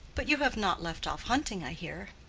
but you have not left off hunting, i hear.